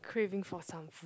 craving for some food